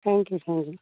thank you thank U